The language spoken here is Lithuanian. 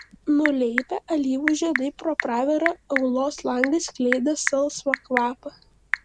nuleipę alyvų žiedai pro pravirą aulos langą skleidė salsvą kvapą